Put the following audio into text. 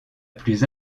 plus